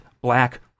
black